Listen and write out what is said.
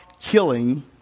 Killing